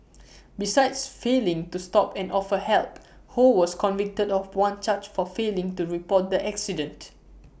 besides failing to stop and offer help ho was convicted of one charge for failing to report the accident